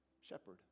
shepherd